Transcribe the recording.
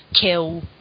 kill